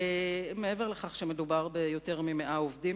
מעבר לכך שמדובר ביותר מ-100 עובדים